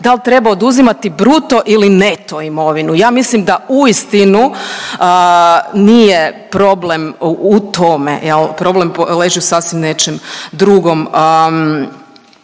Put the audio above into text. da li treba oduzimati bruto ili neto imovinu. Ja mislim da uistinu nije problem u tome jel, problem leži u sasvim nečem drugom.